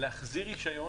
ולהחזיר רישיון